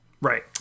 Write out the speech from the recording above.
right